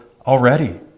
already